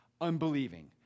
unbelieving